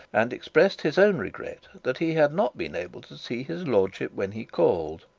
and expressed his own regret that he had not been able to see his lordship when he called.